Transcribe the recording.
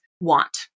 want